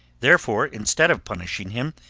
therefore, instead of punishing him,